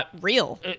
real